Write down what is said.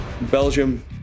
Belgium